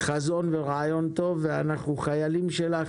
חזון ורעיון טוב ואנחנו חיילים שלך